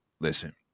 listen